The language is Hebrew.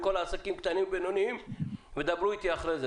מכל העסקים ותדברו אתי אחרי זה.